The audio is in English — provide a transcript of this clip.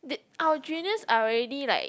our juniors are already like